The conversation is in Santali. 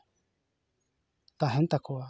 ᱛᱟᱦᱮᱱ ᱛᱟᱠᱚᱣᱟ